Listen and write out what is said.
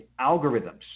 algorithms